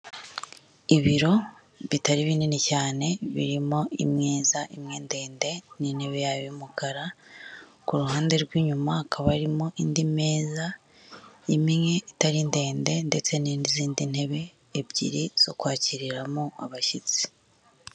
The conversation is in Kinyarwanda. Ibiro bitari binini cyane, birimo imeza imwe ndende n'intebe yayo y'umukara, ku ruhande rw'inyuma hakaba harimo indi meza imwe itari ndende ndetse n'izindi ntebe ebyiri zo kwakiriramo abashyitsi.